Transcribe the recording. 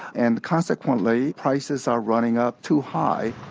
and consequently, prices are running up too high.